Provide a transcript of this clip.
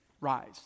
Rise